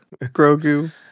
Grogu